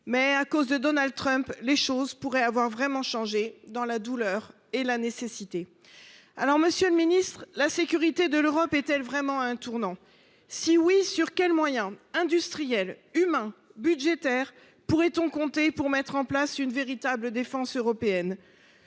Mais, à cause de Donald Trump, les choses pourraient avoir véritablement changé, dans la douleur et la nécessité. Aussi, monsieur le ministre, la sécurité de l’Europe est elle vraiment à un tournant ? Si oui, sur quels moyens industriels, humains et budgétaires pourrait on compter, pour mettre en place une véritable défense européenne ?